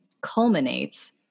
culminates